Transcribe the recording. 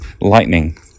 lightning